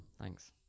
Thanks